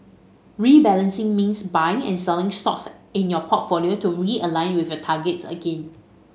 rebalancing means buying and selling stocks in your portfolio to realign with your targets again